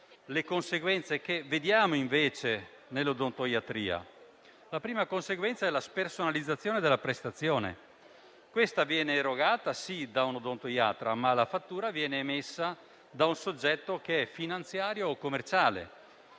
conseguenza che riscontriamo nell'odontoiatria è la spersonalizzazione della prestazione: questa viene erogata, sì, da un odontoiatra, ma la fattura viene emessa da un soggetto che è finanziario o commerciale.